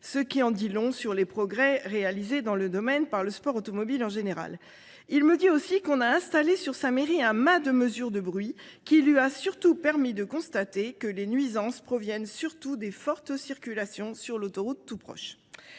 Ce qui en dit long sur les progrès réalisés dans le domaine par le sport automobile en général. Il me dit aussi qu'on a installé sur sa mairie un ma de mesure de bruit qui lui a surtout permis de constater que les nuisances proviennent surtout des fortes circulations sur l'autoroute tout proche.